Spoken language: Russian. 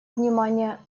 внимание